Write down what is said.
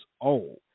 old